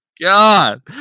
god